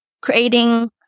creating